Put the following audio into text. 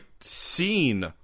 scene